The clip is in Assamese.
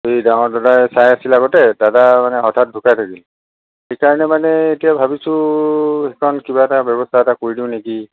এই ডাঙৰ দাদাই চাই আছিল আগতে দাদা মানে হঠাৎ ঢুকাই থাকিল সেইকাৰণে মানে এতিয়া ভাবিছোঁ সেইখন কিবা এটা ব্যৱস্থা এটা কৰি দিওঁ নেকি